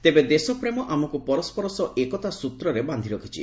ତେବେ ଦେଶପ୍ରେମ ଆମକୁ ପରସ୍କର ସହ ଏକତା ସୂତ୍ରରେ ବାନ୍ଧି ରଖିଛି